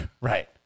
Right